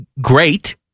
great